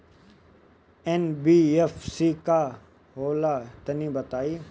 NBFC का होला तनि बताई?